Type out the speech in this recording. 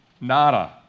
Nada